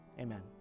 Amen